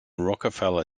rockefeller